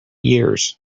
years